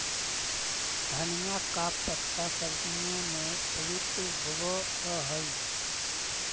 धनिया का पत्ता सब्जियों में प्रयुक्त होवअ हई